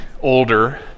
older